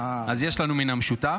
אז יש לנו מן המשותף.